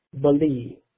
believe